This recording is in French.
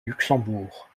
luxembourg